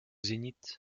zénith